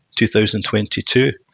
2022